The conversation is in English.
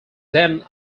then